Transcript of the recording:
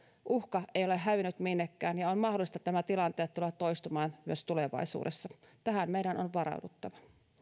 uhka ei ole hävinnyt minnekään ja on mahdollista että nämä tilanteet tulevat toistumaan myös tulevaisuudessa tähän meidän on varauduttava